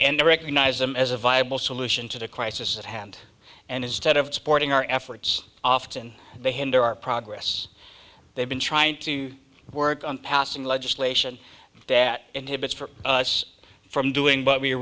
and recognize them as a viable solution to the crisis at hand and instead of supporting our efforts often they hinder our progress they've been trying to work on passing legislation that inhibits for us from doing what we are